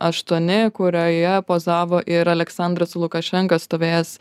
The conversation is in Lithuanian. aštuoni kurioje pozavo ir aliaksandras lukašenka stovėjęs